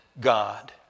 God